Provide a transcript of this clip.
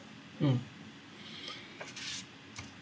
mm